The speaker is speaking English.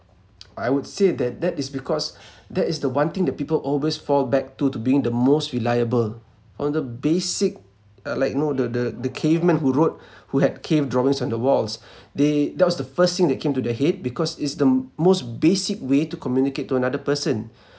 I would say that that is because that is the one thing that people always fall back to to being the most reliable on the basic uh like no the the the caveman who wrote who had cave drawings on the walls they that was the first thing that came to their head because it's the most basic way to communicate to another person